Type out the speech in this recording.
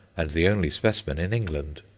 and the only specimen in england.